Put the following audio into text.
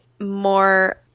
more